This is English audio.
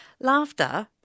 Laughter